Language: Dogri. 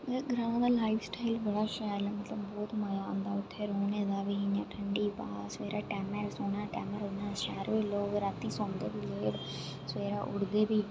ग्रां दा लाइफ सटाइल इ'यां बड़ा शैल ऐ मतलब बहुत मजा औंदा उत्थै रौहने दा बी इयां ठंड़ी ब्हा सबेरे टेमें दा सोना टेंमे दा उट्ठना शैह्रे दे लोक राती सौंदे लेट सबेरै उठदे बी